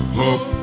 hope